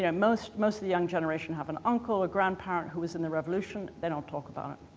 yeah most most of the young generation have an uncle, a grandparent who was in the revolution. they don't talk about it.